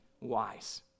wise